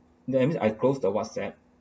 then it means I closed the whatsapp